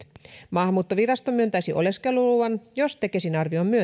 maahanmuuttovirasto myöntäisi oleskeluluvan jos tekesin arvio on myönteinen